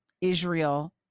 Israel